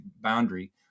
boundary